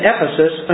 Ephesus